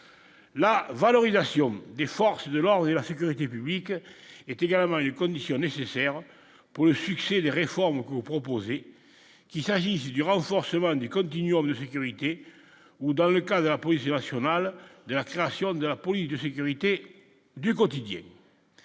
la valorisation des forces de l'ordre et la sécurité publique est également eu conditionné CCR pour le succès des réformes que vous proposez, qu'il s'agisse du renforcement du code du mur de sécurité ou dans le cas de la poésie national de la création de la politique de sécurité du quotidien